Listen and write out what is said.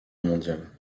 mondiale